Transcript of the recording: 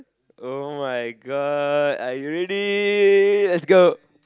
[oh]-my-god are you ready let's go